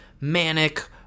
manic